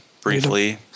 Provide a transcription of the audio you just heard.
briefly